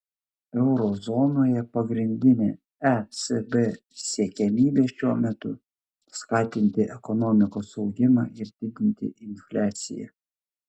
euro zonoje pagrindinė ecb siekiamybė šiuo metu skatinti ekonomikos augimą ir didinti infliaciją